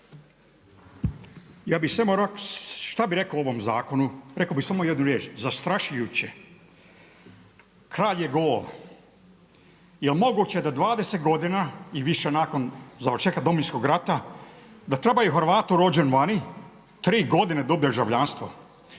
šta bih rekao o ovom zakonu, rekao bih samo jednu riječ, zastrašujuće. Kralj je gol. Je li moguće da 20 godina i više nakon završetka Domovinskog rata da treba i Hrvatu rođenom vani 3 godine dobije državljanstvo,